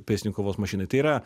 pėstininkų kovos mašinai tai yra